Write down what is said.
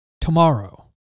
tomorrow